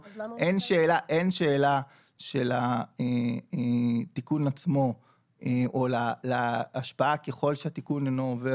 אין שאלה של התיקון עצמו או להשפעה ככל שהתיקון אינו עובר,